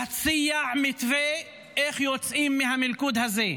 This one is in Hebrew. להציע מתווה איך יוצאים מהמלכוד הזה,